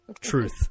Truth